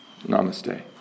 Namaste